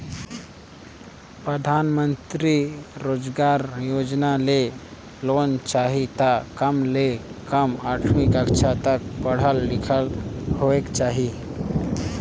परधानमंतरी रोजगार योजना ले लोन चाही त कम ले कम आठवीं कक्छा तक पढ़ल लिखल होएक चाही